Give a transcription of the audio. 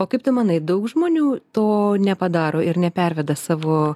o kaip tu manai daug žmonių to nepadaro ir neperveda savo